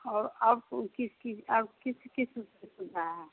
और आप किस किस और किस चीज़ की सुविधा है